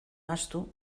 ahaztu